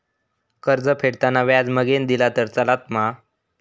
कर्ज फेडताना व्याज मगेन दिला तरी चलात मा?